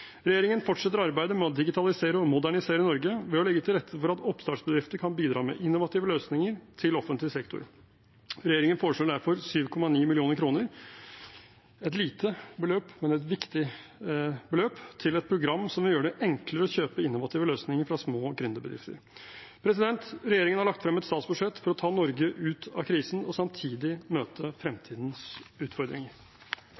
Regjeringen fortsetter arbeidet med å digitalisere og modernisere Norge ved å legge til rette for at oppstartsbedrifter kan bidra med innovative løsninger til offentlig sektor. Regjeringen foreslår derfor 7,9 mill. kr – et lite, men viktig beløp – til et program som vil gjøre det enklere å kjøpe innovative løsninger fra små gründerbedrifter. Regjeringen har lagt frem et statsbudsjett for å ta Norge ut av krisen og samtidig møte